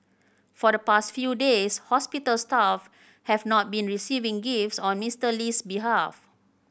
for the past few days hospital staff have not been receiving gifts on Mister Lee's behalf